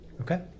Okay